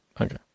Okay